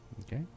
Okay